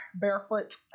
Barefoot